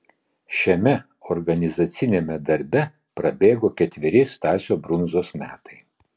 šiame organizaciniame darbe prabėgo ketveri stasio brundzos metai